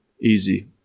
easy